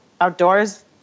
outdoors